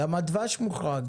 כולל הדבש,